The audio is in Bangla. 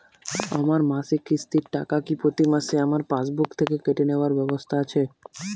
আমার মাসিক কিস্তির টাকা কি প্রতিমাসে আমার পাসবুক থেকে কেটে নেবার ব্যবস্থা আছে?